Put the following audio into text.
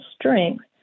strength